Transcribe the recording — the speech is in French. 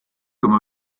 comme